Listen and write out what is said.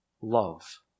Love